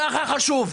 זה הכי חשוב.